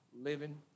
living